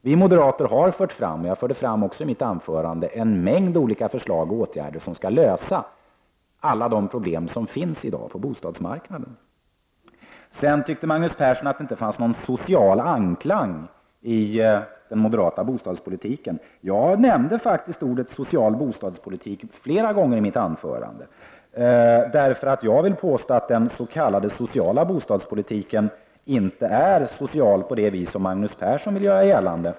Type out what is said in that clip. Vi moderater har, precis som jag gjorde i mitt anförande, fört fram en mängd olika förslag på åtgärder som skall lösa alla de problem som i dag finns på bostadsmarknaden. Magnus Persson tyckte vidare att det inte fanns någon social anklang i den moderata bostadspolitiken. Jag nämnde faktiskt ordet ”social bostadspolitik” flera gånger i mitt anförande. Jag vill påstå att den s.k. sociala bostadspolitiken inte är social på det sätt som Magnus Persson vill göra gällande.